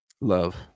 Love